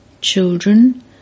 Children